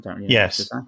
Yes